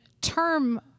term